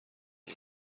اگه